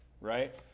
right